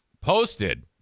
posted